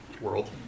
world